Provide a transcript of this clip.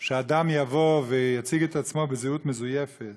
שאדם יבוא ויציג את עצמו בזהות מזויפת,